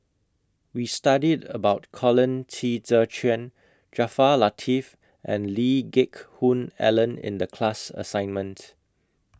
We studied about Colin Qi Zhe Quan Jaafar Latiff and Lee Geck Hoon Ellen in The class assignment